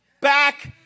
back